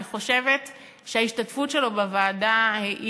אני חושבת שההשתתפות שלו בוועדה, א.